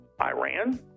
Iran